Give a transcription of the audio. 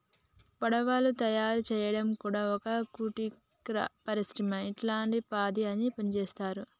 పడవలు తయారు చేయడం కూడా ఒక కుటీర పరిశ్రమ ఇంటిల్లి పాది అదే పనిచేస్తరు